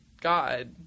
God